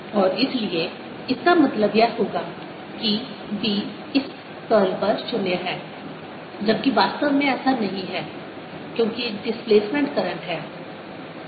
और इसलिए इसका मतलब यह होगा कि B इस कर्ल पर 0 है जबकि वास्तव में ऐसा नहीं है क्योंकि डिस्प्लेसमेंट करंट है